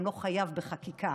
גם לא חייב בחקיקה.